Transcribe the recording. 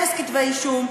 אפס כתבי אישום,